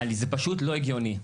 וזה פשוט לא הגיוני.